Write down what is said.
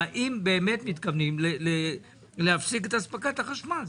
והאם באמת מתכוונים להפסיק את אספקת החשמל.